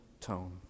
tone